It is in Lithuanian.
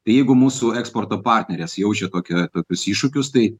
tai jeigu mūsų eksporto partnerės jaučia tokią tokius iššūkius tai